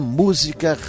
música